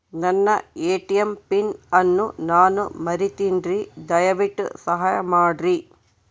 ನನ್ನ ATM PIN ಅನ್ನು ನಾನು ಮರಿತಿನ್ರಿ, ದಯವಿಟ್ಟು ಸಹಾಯ ಮಾಡ್ರಿ